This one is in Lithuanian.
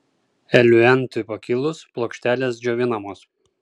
eliuentui pakilus plokštelės džiovinamos